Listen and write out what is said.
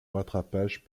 rattrapage